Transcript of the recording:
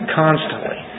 constantly